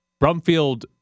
Brumfield